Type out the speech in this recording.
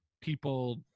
people